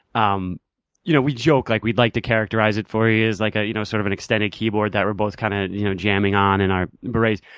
um you know we joke, like we'd like to characterize it for you as like a you know sort of extended keyboard that we're both kind of you know jamming on in our berets.